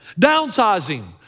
downsizing